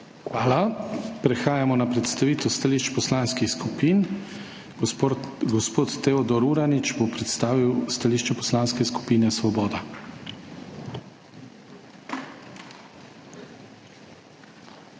Hvala. Prehajamo na predstavitev stališč poslanskih skupin. Gospod Teodor Uranič bo predstavil stališče Poslanske skupine Svoboda.